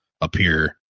appear